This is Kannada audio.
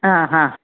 ಹಾಂ ಹಾಂ